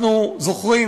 אנחנו זוכרים,